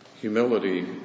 Humility